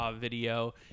video